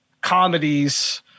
comedies